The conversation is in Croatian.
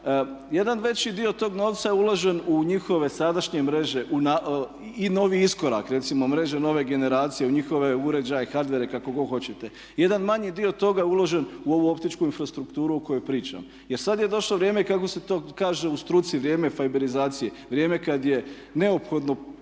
jedan veći dio tog novca je uložen u njihove sadašnje mreže i novi iskorak. Recimo mreže nove generacije, u njihove uređaje, hardware kako god hoćete. Jedan manji dio toga je uložen u ovu optičku infrastrukturu o kojoj pričamo. Jer sad je došlo vrijeme kako se to kaže u struci vrijeme fajberizacije, vrijeme kad je neophodno